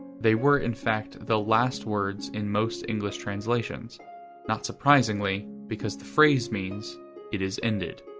they were, in fact, the last words in most english translations not surprisingly, because the phrase means it is ended.